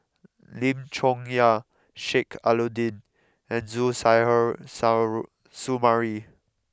Lim Chong Yah Sheik Alau'ddin and Suzairhe Sumari